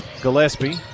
Gillespie